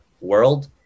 world